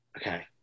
okay